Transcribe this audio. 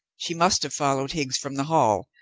she must have followed higgs from the hall,